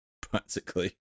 practically